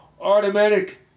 automatic